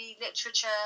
literature